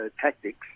tactics